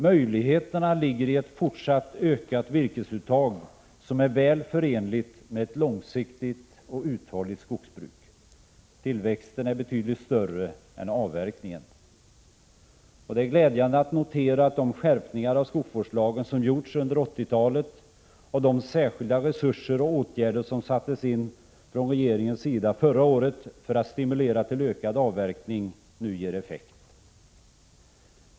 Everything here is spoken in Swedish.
Möjligheterna ligger i ett fortsatt ökat virkesuttag som är väl förenligt med ett långsiktigt och uthålligt skogsbruk. Tillväxten är betydligt större än avverkningen. Det är glädjande att notera att de skärpningar av skogsvårdslagen som gjorts under 80-talet och de särskilda resurser och åtgärder som sattes in från regeringens sida förra året för att stimulera till ökad avverkning nu ger effekt.